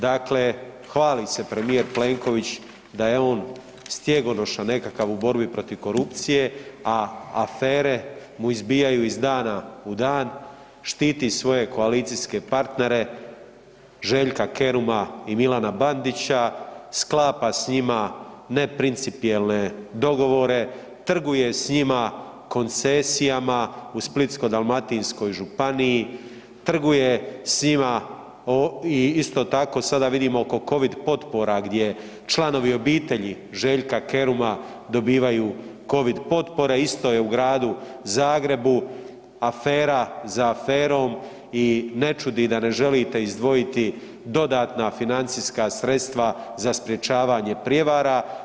Dakle, hvali se premijer Plenković da je on stjegonoša nekakav u borbi protiv korupcije, a afere mu izbijaju iz dana u dan, štiti svoje koalicijske partnere Željka Keruma i Milana Bandića, sklapa s njima neprincipijelne dogovore, trguje s njima koncesijama u Splitsko-dalmatinskoj županiji, trguje s njima o, i isto tako sada vidimo oko covid potpora gdje članovi obitelji Željka Keruma dobivaju covid potpore, isto je u Gradu Zagrebu, afera za aferom i ne čudi da ne želite izdvojiti dodatna financijska sredstva za sprječavanje prijevara.